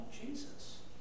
Jesus